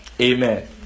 Amen